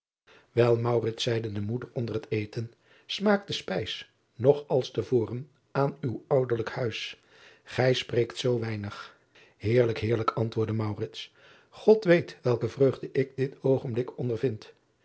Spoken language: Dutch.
el zeide de moeder onder het eten smaakt de spijs nog als te voren aan uw ouderlijk huis gij spreekt zoo weinig eerlijk heerlijk antwoordde od weet welke vreugde ik dit oogenblik ondervind